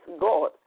God